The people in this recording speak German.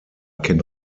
kennt